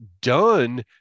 done